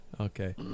Okay